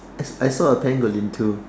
I I saw a too